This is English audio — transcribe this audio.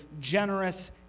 generous